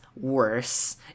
worse